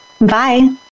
Bye